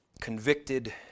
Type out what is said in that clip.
convicted